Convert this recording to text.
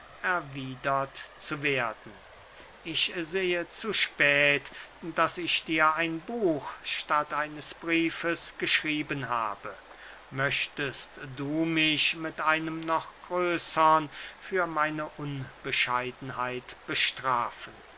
erwiedert zu werden ich sehe zu spät daß ich dir ein buch statt eines briefes geschrieben habe möchtest du mich mit einem noch größern für meine unbescheidenheit bestrafen